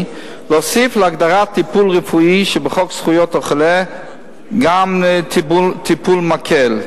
להוסיף להגדרת "טיפול רפואי" שבחוק זכויות החולה גם טיפול מקל,